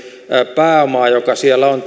pääomaa joka siellä on